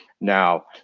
now